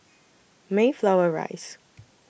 Mayflower Rise